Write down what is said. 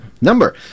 number